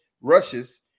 rushes